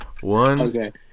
One